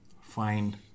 find